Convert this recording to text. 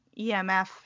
emf